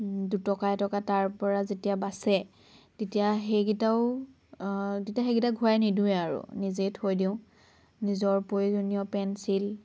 দুটকা এটকা তাৰ পৰা যেতিয়া বাচে তেতিয়া সেইকেইটাও তেতিয়া সেইকেইটা ঘূৰাই নিদিওঁৱে আৰু নিজেই থৈ দিওঁ নিজৰ প্ৰয়োজনীয় পেঞ্চিল